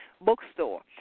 Bookstore